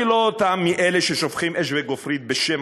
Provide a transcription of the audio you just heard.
אני לא מאלה ששופכים אש וגופרית בשם